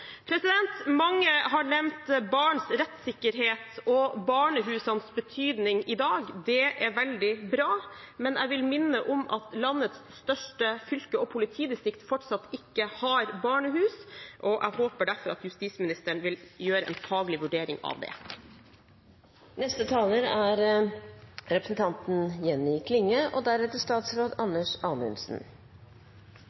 er veldig bra, men jeg vil minne om at landets største fylke og politidistrikt fortsatt ikke har barnehus. Jeg håper derfor at justisministeren vil gjøre en faglig vurdering av det. Grensekontroll er